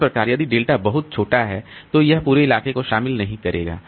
इस प्रकार यदि डेल्टा बहुत छोटा है तो यह पूरे इलाके को शामिल नहीं करेगा